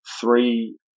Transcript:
three